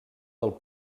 del